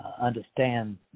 understand